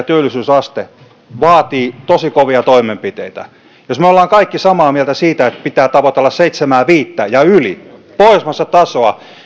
työllisyysaste vaatii tosi kovia toimenpiteitä jos me olemme kaikki samaa mieltä siitä että pitää tavoitella seitsemääkymmentäviittä ja yli pohjoismaista tasoa